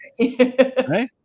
right